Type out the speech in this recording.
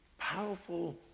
powerful